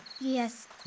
Yes